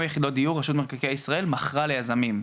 יחידות דיור רשות מקרקעי ישראל מכרה ליזמים.